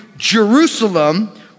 Jerusalem